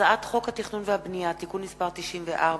הצעת חוק התכנון והבנייה (תיקון מס' 94),